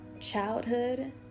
childhood